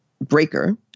breaker